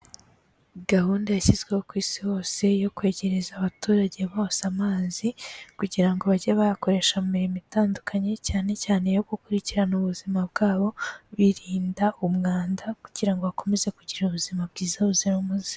Gahunda yashyizweho ku Isi hose yo kwegereza abaturage bose amazi, kugira ngo bajye bayakoresha mu mirimo itandukanye, cyane cyane yo gukurikirana ubuzima bwabo, birinda umwanda kugira ngo bakomeze kugira ubuzima bwiza buzira umuze.